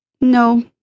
No